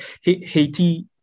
Haiti